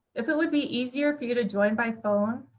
if it would be easier for you to join by phone,